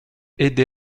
aider